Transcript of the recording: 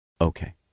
Okay